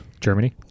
Germany